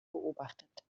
beobachtet